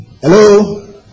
Hello